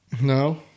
No